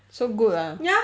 so good ah